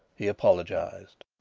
he apologized.